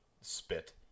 spit